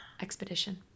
expedition